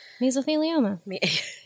Mesothelioma